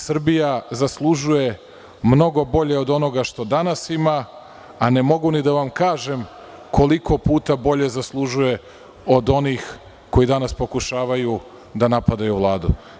Srbija zaslužuje mnogo bolje od onoga što danas ima, a ne mogu ni da vam kažem koliko puta bolje zaslužuje od onih koji danas pokušavaju da napadaju Vladu.